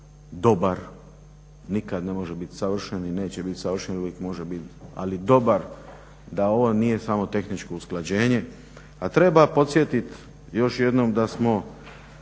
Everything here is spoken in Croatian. dobar. Nikada ne može biti savršen i neće biti savršen jer uvijek može biti, ali dobar da ovo nije samo tehničko usklađenje. A treba podsjetiti još jednom da smo